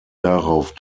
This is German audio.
darauf